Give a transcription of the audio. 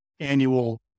annual